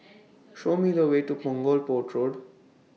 Show Me The Way to Punggol Port Road